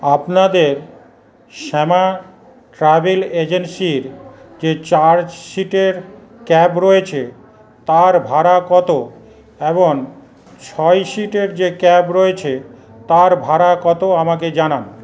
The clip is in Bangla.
আপনাদের শ্যামা ট্র্যাভেল এজেন্সির যে চার সিটের ক্যাব রয়েছে তার ভাড়া কত এবং ছয় সিটের যে ক্যাব রয়েছে তার ভাড়া কত আমাকে জানান